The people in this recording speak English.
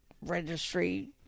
Registry